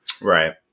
Right